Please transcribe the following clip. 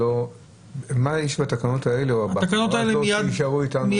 מה יש בתקנות שמביא אותך למסקנה הזאת?